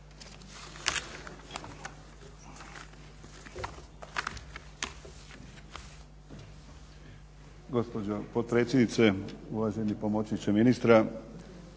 Gospođo potpredsjednice, uvaženi pomoćniče ministra,